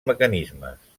mecanismes